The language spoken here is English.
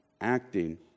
acting